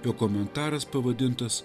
jo komentaras pavadintas